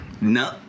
No